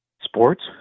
Sports